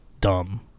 dumb